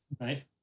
Right